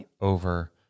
over